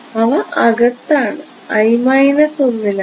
അവ അകത്താണ് i 1 ലാണ്